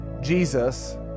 Jesus